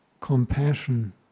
compassion